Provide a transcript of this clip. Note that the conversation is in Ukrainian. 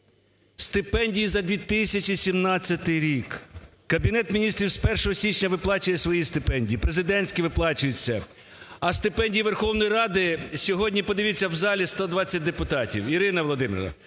стипендії за 2017 рік. Кабінет Міністрів з 1 січня виплачує свої стипендії, президентські виплачуються, а стипендії Верховної Ради - сьогодні, подивіться, в залі 120 депутатів. Ірина Володимирівна,